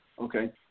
Okay